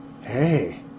Hey